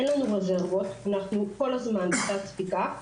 אין לנו רזרבות, אנחנו כל הזמן בתת ספיקה.